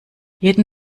jeden